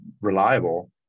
reliable